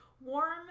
warm